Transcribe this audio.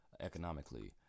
economically